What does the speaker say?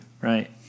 right